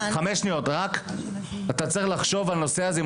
מתעסק בבטיחות, אתה צריך לחשוב על הנושא הזה.